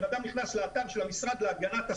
בן אדם נכנס לאתר של המשרד להגנת הסביבה,